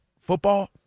football